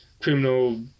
criminal